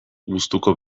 gustuko